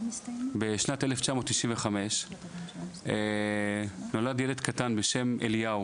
בשנת 1995 נולד ילד קטן בשם אליהו.